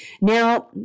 now